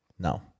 No